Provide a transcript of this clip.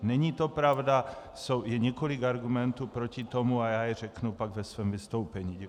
Není to pravda, je několik argumentů proti tomu a já je řeknu pak ve svém vystoupení.